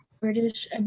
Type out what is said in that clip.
British